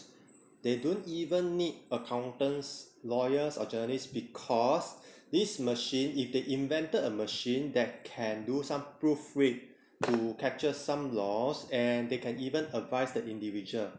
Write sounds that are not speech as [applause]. they don't even need accountants lawyers or journalists because this machine if they invented a machine that can do some proofread to [noise] capture some laws and they can even advise the individual